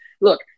Look